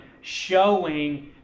showing